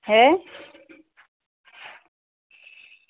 হ্যাঁ